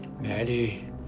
Maddie